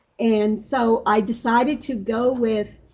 and so i decided to go with,